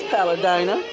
Paladina